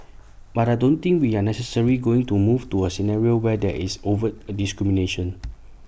but I don't think we are necessary going to move to A scenario where there is overt A discrimination